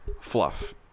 fluff